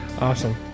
Awesome